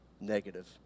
negative